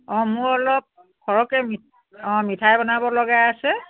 অঁ মোৰ অলপ সৰহকৈ অঁ মিঠাই বনাব লগা আছে